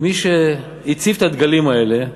מי שהציב את הדגלים האלה,